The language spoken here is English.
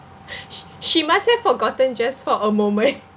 she she must have forgotten just for a moment